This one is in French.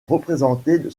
représentée